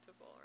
right